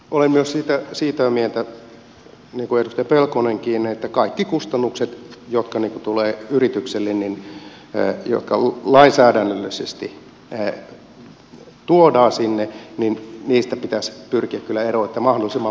olen myös sitä mieltä niin kuin edustaja pelkonenkin että kaikista kustannuksista jotka tulevat yrityksille ja jotka lainsäädännöllisesti tuodaan sinne pitäisi pyrkiä kyllä eroon niin että mahdollisimman vähän niitä tuodaan